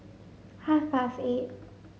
half past eight